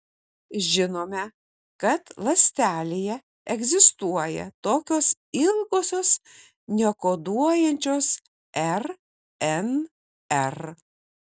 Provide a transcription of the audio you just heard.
žinome kad ląstelėje egzistuoja tokios ilgosios nekoduojančios rnr